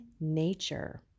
nature